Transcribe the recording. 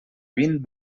vint